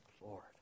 Lord